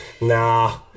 Nah